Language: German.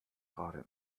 gerade